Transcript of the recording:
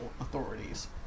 authorities